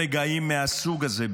ברגעים מהסוג הזה,